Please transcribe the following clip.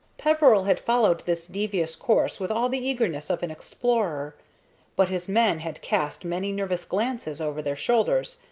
peveril had followed this devious course with all the eagerness of an explorer but his men had cast many nervous glances over their shoulders,